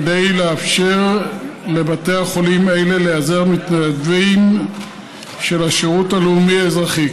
כדי לאפשר לבתי חולים אלה להיעזר במתנדבים של השירות הלאומי-אזרחי.